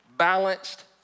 Balanced